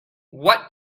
what